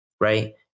right